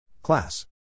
Class